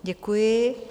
Děkuji.